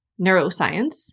neuroscience